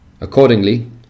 Accordingly